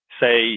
say